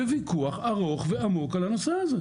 וויכוח ארוך ועמוק על הנושא הזה,